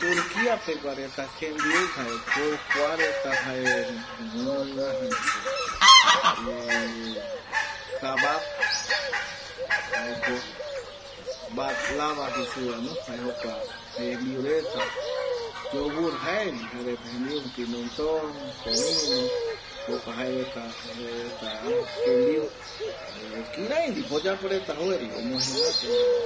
Turkia peguareta jembiu jaeko kua reta jae gunoiva jaeko kabbak jaeko baklaback, yogurt jae jembiu reta jaema kirei nido oyapo reta jou erei omojegatu y jembiu.